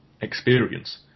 experience